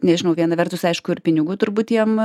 nežinau viena vertus aišku ir pinigų turbūt jiem